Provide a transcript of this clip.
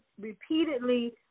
repeatedly